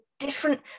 different